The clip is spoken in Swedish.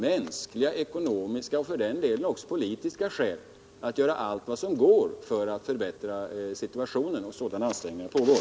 Mänskliga, ekonomiska — och för den delen också politiska — skäl innebär att det är självklart att vi gör allt vad som går att göra för att förbättra situationen. Och sådana ansträngningar pågår!